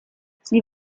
sie